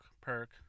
perk